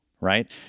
Right